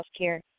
Healthcare